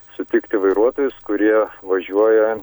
sutikti vairuotojus kurie važiuoja